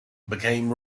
became